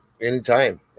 anytime